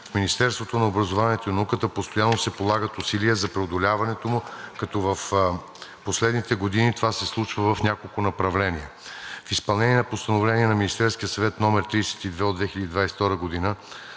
в Министерството на образованието и науката постоянно се полагат усилия за преодоляването му, като в последните години това се случва в няколко направления. В изпълнение на Постановление на Министерския съвет № 32 от 2022 г. за